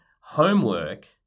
Homework